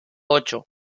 ocho